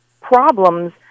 problems